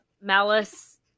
Malice